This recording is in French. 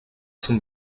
son